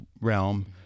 realm